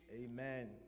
Amen